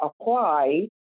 apply